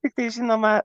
tiktai žinoma